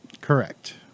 Correct